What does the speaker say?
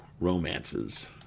romances